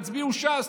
תצביעו ש"ס,